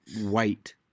White